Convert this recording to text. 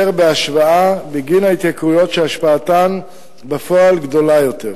בהשוואה להתייקרויות שהשפעתן בפועל גדולה יותר.